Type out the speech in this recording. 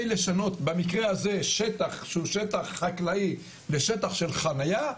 לשנות במקרה הזה שטח שהוא שטח חקלאי לשטח של חניה,